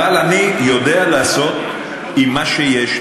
אבל אני יודע לעשות עם מה שיש.